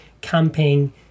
camping